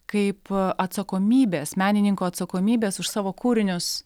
kaip atsakomybės menininko atsakomybės už savo kūrinius